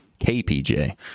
KPJ